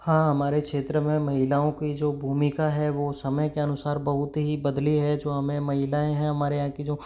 हाँ हमारे क्षेत्र में महिलाओं की जो भूमिका है वो समय के अनुसार बहुत ही बदली है जो हमें महिलाएं हैं हमारे यहाँ की जो